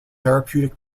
therapeutic